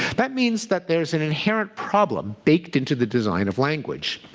that means that there's an inherent problem baked into the design of language.